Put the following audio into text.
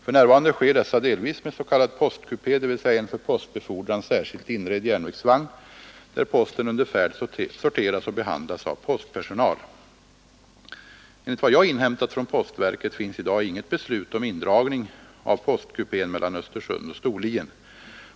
För närvarande sker dessa delvis med s.k. postkupé, dvs. en för postbefordran särskilt inredd järnvägsvagn, där posten under färd sorteras och behandlas av postpersonal. Enligt vad jag inhämtat från postverket finns i dag inget beslut om indragning av postkupén mellan Östersund och Storlien.